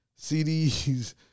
CDs